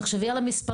עכשיו יהיה מספרים,